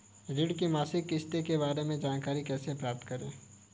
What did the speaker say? ऋण की मासिक किस्त के बारे में जानकारी कैसे प्राप्त करें?